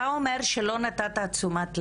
אתה אומר שלא נתת תשומת לב.